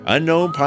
Unknown